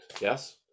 Yes